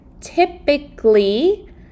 typically